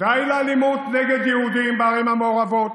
די לאלימות נגד יהודים בערים המעורבות,